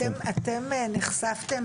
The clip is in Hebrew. אתם נחשפתם,